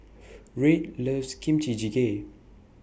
Red loves Kimchi Jjigae